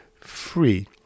free